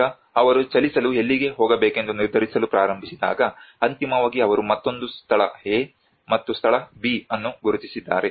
ಈಗ ಅವರು ಚಲಿಸಲು ಎಲ್ಲಿಗೆ ಹೋಗಬೇಕೆಂದು ನಿರ್ಧರಿಸಲು ಪ್ರಾರಂಭಿಸಿದಾಗ ಅಂತಿಮವಾಗಿ ಅವರು ಮತ್ತೊಂದು ಸ್ಥಳ A ಮತ್ತು ಸ್ಥಳ B ಅನ್ನು ಗುರುತಿಸಿದ್ದಾರೆ